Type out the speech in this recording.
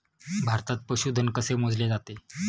भारतात पशुधन कसे मोजले जाते?